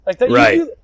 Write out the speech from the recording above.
Right